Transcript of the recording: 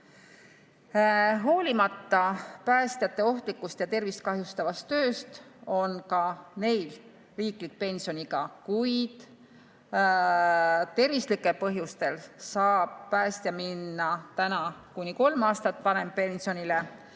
Hoolimata päästjate ohtlikust ja tervist kahjustavast tööst on ka neil riiklik pensioniiga, kuid tervislikel põhjustel saab päästja minna pensionile kuni kolm aastat varem, kui